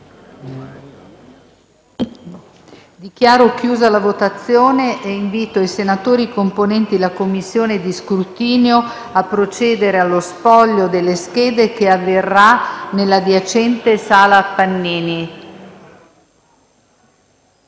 Dichiaro chiusa la votazione e invito i senatori componenti la Commissione di scrutinio a procedere allo spoglio delle schede, che avverrà nell’adiacente Sala Pannini.